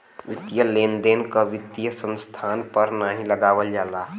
वित्तीय लेन देन कर वित्तीय संस्थान पर नाहीं लगावल जाला